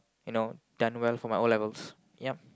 you know done well for my O-levels yup